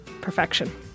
Perfection